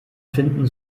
finden